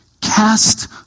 Cast